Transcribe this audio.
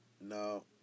No